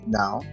now